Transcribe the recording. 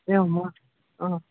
एवं वा हा